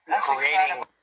Creating